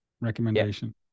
recommendation